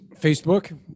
Facebook